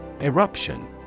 Eruption